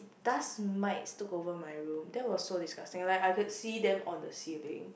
dust mites took over my room that was so disgusting like I could see them on the ceiling